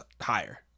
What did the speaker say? higher